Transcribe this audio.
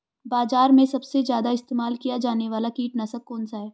बाज़ार में सबसे ज़्यादा इस्तेमाल किया जाने वाला कीटनाशक कौनसा है?